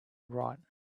write